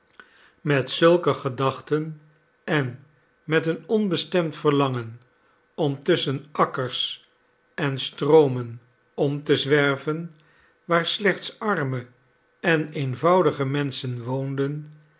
met zulke gedachten en met eenonbestemd verlangen om tusschen akkers en stroomen om te zwerven waar slechts arme en eenvoudige menschen woonden